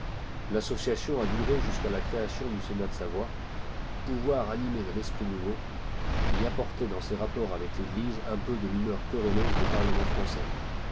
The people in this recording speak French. l'association a duré jusqu'à la création du sénat de savoie d de la société d'histoire de la savoie t vii digitized by google animé d'un esprit nouveau qui apportait dans ses rapports avec l'eglise un peu de l'humeur querelleuse des parlements français